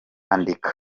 andika